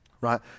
right